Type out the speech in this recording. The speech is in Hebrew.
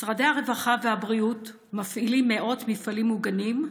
משרדי הרווחה והבריאות מפעילים מאות מפעלים מוגנים,